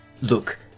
look